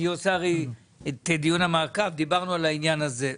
אני עושה את דיון המעקב ודיברנו על העניין הזה.